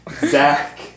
Zach